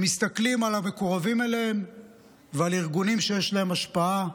הם מסתכלים על המקורבים אליהם ועל ארגונים שיש להם השפעה בהם,